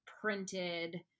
printed